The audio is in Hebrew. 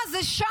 אה, זה שם.